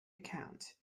account